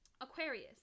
Aquarius